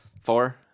four